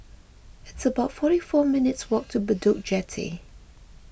it's about forty four minutes' walk to Bedok Jetty